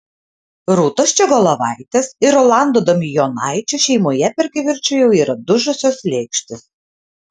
rūtos ščiogolevaitės ir rolando damijonaičio šeimoje per kivirčą jau yra dužusios lėkštės